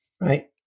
Right